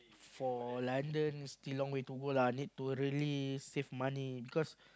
for London still long way to go lah need to really save money because